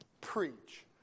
preach